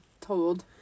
told